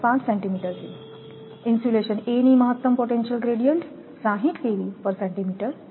5 centimetre છેઇન્સ્યુલેશન A ની મહત્તમ પોટેન્શિયલ ગ્રેડીઅન્ટ 60 છે